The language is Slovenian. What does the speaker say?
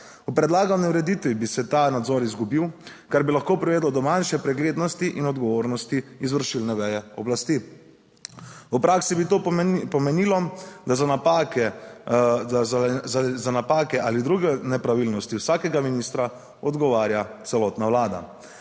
V predlagani ureditvi bi se ta nadzor izgubil, kar bi lahko privedlo do manjše preglednosti in odgovornosti izvršilne veje oblasti. V praksi bi to pomenilo, da za napake ali druge nepravilnosti vsakega ministra odgovarja celotna Vlada.